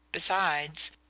besides,